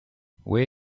where